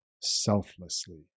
selflessly